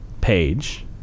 page